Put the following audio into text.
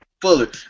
Fuller